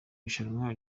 rushanwa